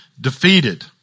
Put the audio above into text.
defeated